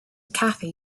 cafe